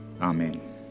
Amen